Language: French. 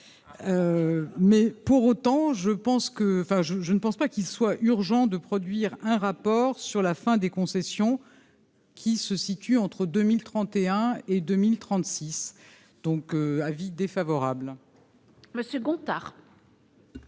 pense que enfin je je ne pense pas qu'il soit urgent de produire un rapport sur la fin des concessions qui se situe entre 2031 et 2036 donc avis défavorable.